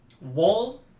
Wall